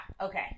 Okay